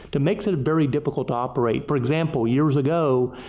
to make very difficult operated for example years ago,